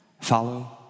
follow